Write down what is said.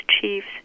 chiefs